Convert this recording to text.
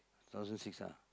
thousand six ah